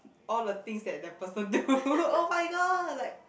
all the things that that person do oh-my-god like